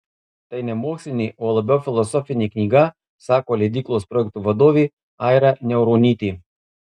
tai ne mokslinė o labiau filosofinė knyga sako leidyklos projektų vadovė aira niauronytė